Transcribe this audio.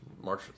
March